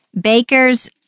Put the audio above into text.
bakers